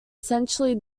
essentially